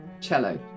cello